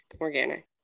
organic